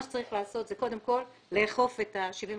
מה שצריך לעשות זה קודם כל לאכוף את ה-75